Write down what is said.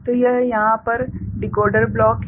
तो यह यहाँ पर डिकोडर ब्लॉक है